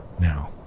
now